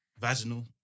vaginal